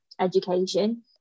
education